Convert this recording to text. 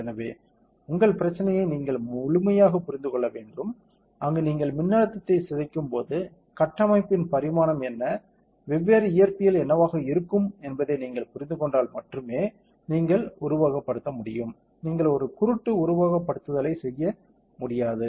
எனவே உங்கள் பிரச்சனையை நீங்கள் முழுமையாக புரிந்து கொள்ள வேண்டும் அங்கு நீங்கள் மின்னழுத்தத்தை சிதைக்கும்போது கட்டமைப்பின் பரிமாணம் என்ன வெவ்வேறு இயற்பியல் என்னவாக இருக்கும் என்பதை நீங்கள் புரிந்து கொண்டால் மட்டுமே நீங்கள் உருவகப்படுத்த முடியும் நீங்கள் ஒரு குருட்டு உருவகப்படுத்துதலைச் செய்ய முடியாது